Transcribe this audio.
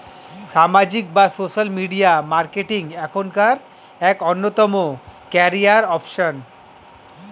সামাজিক বা social media marketing এখনকার এক অন্যতম ক্যারিয়ার অপশন